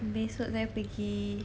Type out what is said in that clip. besok saya pergi